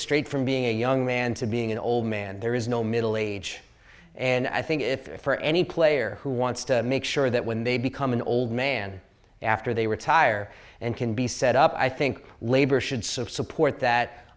straight from being a young man to being an old man there is no middle age and i think if for any player who wants to make sure that when they become an old man after they retire and can be set up i think labor should support that